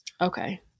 Okay